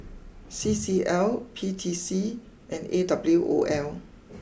C C L P T C and A W O L